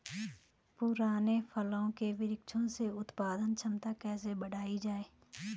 पुराने फल के वृक्षों से उत्पादन क्षमता कैसे बढ़ायी जाए?